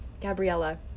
Gabriella